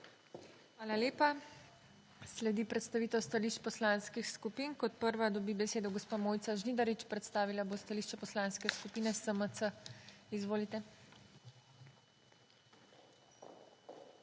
Hvala lepa. Sledi predstavitev stališč poslanskih skupin. Kot prva dobi besedo gospa Mojca Žnidarič. Predstavila bo stališče Poslanske skupine SMC. Izvolite.